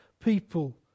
people